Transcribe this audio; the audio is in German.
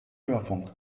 hörfunk